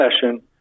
session